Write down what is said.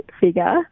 figure